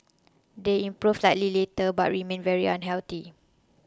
they improved slightly later but remained very unhealthy